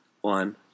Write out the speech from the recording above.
One